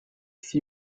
six